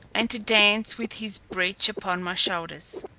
and to dance with his breech upon my shoulders.